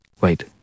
Wait